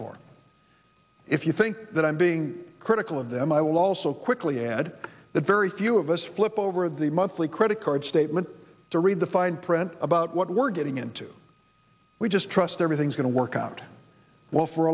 for if you think that i'm being critical of them i will also quickly add that very few of us flip over the monthly credit card statement to read the fine print about what we're getting into we just trust everything's going to work out well for